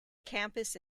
campus